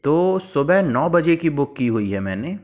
तो सुबह नौ बजे की बुक की हुई है मैंने